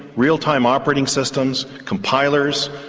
real-time operating systems, compilers,